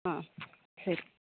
ಹಾಂ ಸರಿ